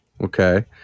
Okay